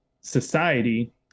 society